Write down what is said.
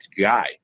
guy